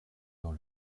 dans